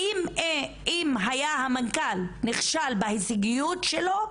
האם אם המנכ"ל היה נכשל בהישגיות שלו,